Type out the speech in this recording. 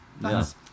Yes